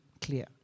clear